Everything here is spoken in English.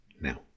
now